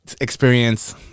experience